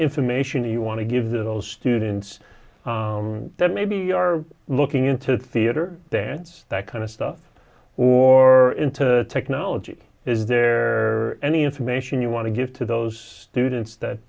information you want to give those students that maybe are looking into theater dance that kind of stuff or into technology is there any information you want to give to those students that